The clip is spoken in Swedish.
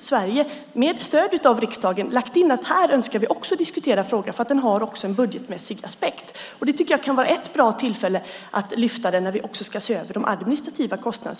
Sverige faktiskt med stöd av riksdagen lagt in att vi önskar diskutera frågan även här, för den har också en budgetmässig aspekt. Jag tycker att det kan vara ett bra tillfälle att lyfta fram frågan när vi också ska se över de administrativa kostnaderna.